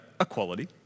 equality